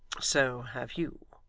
so have you.